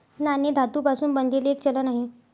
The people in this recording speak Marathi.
नाणे धातू पासून बनलेले एक चलन आहे